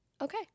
okay